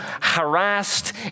harassed